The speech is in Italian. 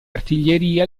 artiglieria